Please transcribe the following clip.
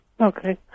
Okay